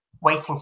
waiting